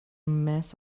mess